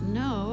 no